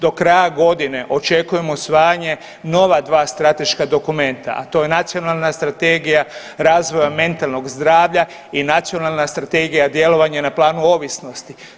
Do kraja godine očekujemo usvajanje nova dva strateška dokumenta, a to je Nacionalna strategija razvoja mentalnog zdravlja i Nacionalna strategija djelovanje na planu ovisnosti.